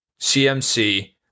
CMC